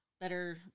better